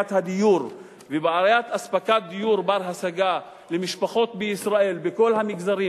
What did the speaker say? בעיית הדיור ובעיית אספקת דיור בר-השגה למשפחות בישראל בכל המגזרים,